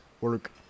work